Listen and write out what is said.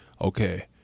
okay